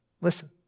Listen